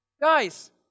Guys